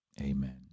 Amen